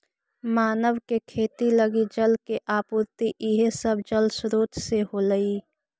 मानव के खेती लगी जल के आपूर्ति इहे सब जलस्रोत से होलइ